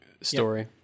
story